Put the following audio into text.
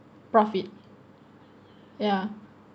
profit yeah